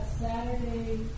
Saturday